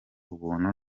ubuntu